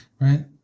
right